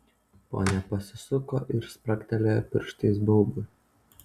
ponia pasisuko ir spragtelėjo pirštais baubui